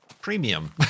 Premium